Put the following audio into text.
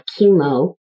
chemo